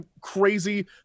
crazy